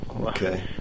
Okay